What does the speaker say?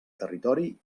territori